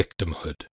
victimhood